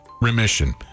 remission